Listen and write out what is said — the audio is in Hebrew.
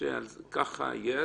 שכך יהיה.